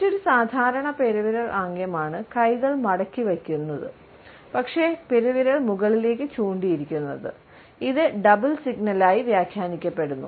മറ്റൊരു സാധാരണ പെരുവിരൽ ആംഗ്യമാണ് കൈകൾ മടക്കി വയ്ക്കുന്നു പക്ഷേ പെരുവിരൽ മുകളിലേക്ക് ചൂണ്ടി ഇരിക്കുന്നത് ഇത് ഡബിൾ സിഗ്നലായി വ്യാഖ്യാനിക്കപ്പെടുന്നു